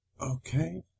okay